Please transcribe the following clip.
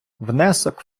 внесок